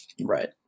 Right